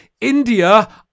India